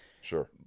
Sure